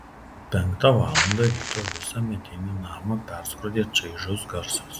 penktą valandą ryto visą medinį namą perskrodė čaižus garsas